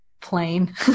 plain